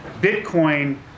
Bitcoin